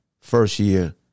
first-year